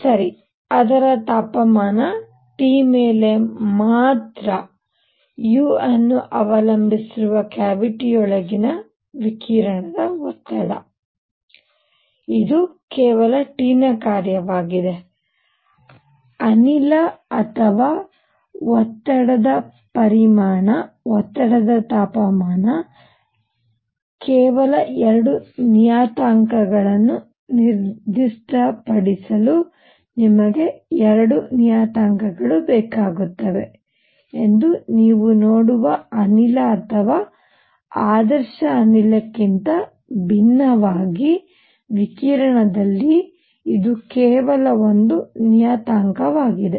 ಸರಿ ಅದರ ತಾಪಮಾನ T ಮೇಲೆ ಮಾತ್ರ u ಅನ್ನು ಅವಲಂಬಿಸಿರುವ ಕ್ಯಾವಿಟಿಯೊಳಗಿನ ವಿಕಿರಣ ಒತ್ತಡ ಇದು ಕೇವಲ T ನ ಕಾರ್ಯವಾಗಿದೆ ಅನಿಲ ಅಥವಾ ಒತ್ತಡದ ಪರಿಮಾಣ ಒತ್ತಡದ ತಾಪಮಾನ ಕೆಲವು ಕೇವಲ 2 ನಿಯತಾಂಕಗಳನ್ನು ನಿರ್ದಿಷ್ಟಪಡಿಸಲು ನಿಮಗೆ 2 ನಿಯತಾಂಕಗಳು ಬೇಕಾಗುತ್ತವೆ ಎಂದು ನೀವು ನೋಡುವ ಅನಿಲ ಅಥವಾ ಆದರ್ಶ ಅನಿಲಕ್ಕಿಂತ ಭಿನ್ನವಾಗಿ ವಿಕಿರಣದಲ್ಲಿ ಇದು ಕೇವಲ ಒಂದು ನಿಯತಾಂಕವಾಗಿದೆ